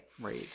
Right